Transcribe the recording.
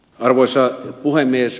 arvoisa puhemies